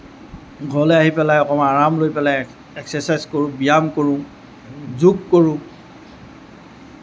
ঘৰলৈ আহি পেলাই অকণমান আৰাম লৈ পেলাই এক্সেছাইজ কৰোঁ ব্যায়াম কৰোঁ যোগ কৰোঁ